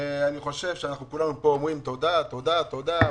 ואני חושב שכולנו פה אומרים: תודה, תודה, תודה.